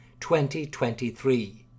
2023